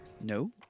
no